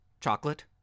Chocolate